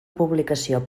publicació